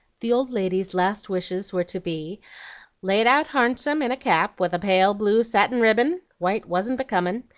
the old lady's last wishes were to be laid out harnsome in a cap with a pale blue satin ribbin, white wasn't becomin',